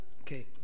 Okay